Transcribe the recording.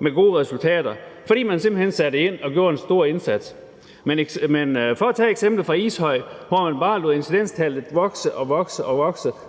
med gode resultater, fordi man simpelt hen satte ind og gjorde en stor indsats. Men for at tage eksemplet fra Ishøj, hvor man bare lod incidenstallet vokse og vokse